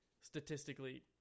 statistically